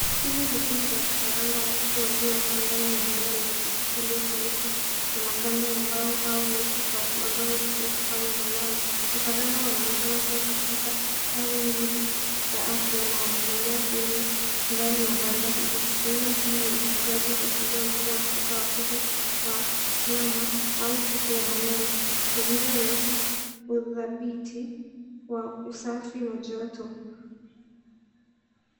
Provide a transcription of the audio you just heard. Hili ni kundi la vifaranga wakubwa waliowekwa ndani ya banda lenye sakafu iliyofunikwa, na maganda ya mbao au nyasi kavu ambayo hutumika kama malala. Vifaranga wanaonekana kuwa katika hali nzuri ya afya na wanatembea huru ndani ya banda hili. Aina hii ya ufugaji huashiria mfumo wa kisasa wa kuku wa nyama, au kuku wa mayai. Mazingira yanaonyesha udhabiti kwa usafi na joto.